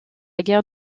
guerre